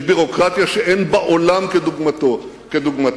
יש ביורוקרטיה שאין בעולם כדוגמתה.